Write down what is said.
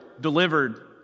delivered